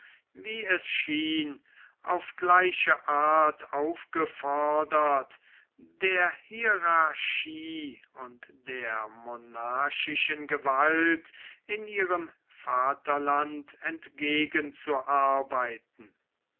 wie es schien auf gleiche art aufgefordert der hierarchie und der monarchischen gewalt in ihrem vaterland entgegen zu arbeiten